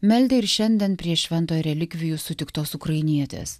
meldė ir šiandien prie šventojo relikvijų sutiktos ukrainietės